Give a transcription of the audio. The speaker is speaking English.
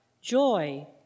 joy